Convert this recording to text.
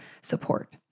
support